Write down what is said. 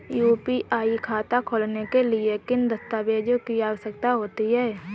UPI खाता खोलने के लिए किन दस्तावेज़ों की आवश्यकता होती है?